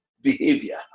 behavior